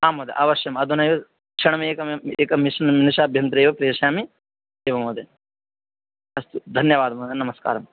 आं महोदय अवश्यम् अधुना एव क्षणमेकमेव एक् निम् निमेषाभ्यन्तरे एव प्रेषयामि एवं महोदय अस्तु धन्यवादः महोदय नमस्कारः